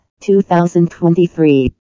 2023